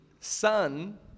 sun